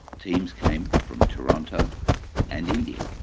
teams came from toronto and india.